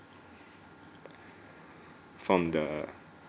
from the